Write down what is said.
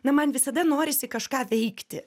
na man visada norisi kažką veikti